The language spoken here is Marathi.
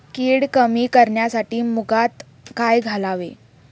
कीड कमी करण्यासाठी मुगात काय घालावे?